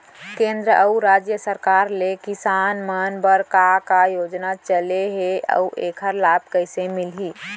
केंद्र अऊ राज्य सरकार ले किसान मन बर का का योजना चलत हे अऊ एखर लाभ कइसे मिलही?